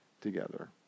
together